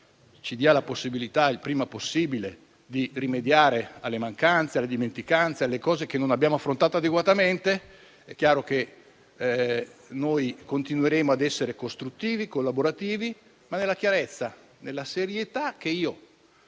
ci dia la possibilità, il prima possibile, di rimediare alle mancanze, alle dimenticanze e a ciò che non abbiamo affrontato adeguatamente, è chiaro che continueremo ad essere costruttivi e collaborativi, ma nella chiarezza e nella serietà che